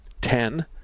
Ten